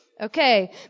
Okay